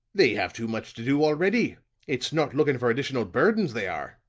they have too much to do already it's not looking for additional burdens they are.